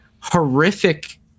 horrific